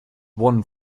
one